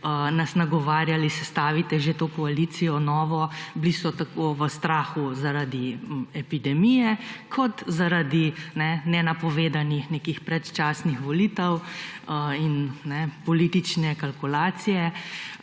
nas nagovarjali, sestavite že to koalicijo novo, bili so tako v strahu zaradi epidemije kot zaradi nenapovedanih nekih predčasnih volitev in politične kalkulacije.